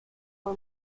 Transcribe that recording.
for